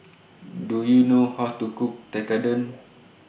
Do YOU know How to Cook Tekkadon